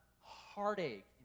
heartache